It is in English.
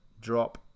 drop